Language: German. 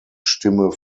stimme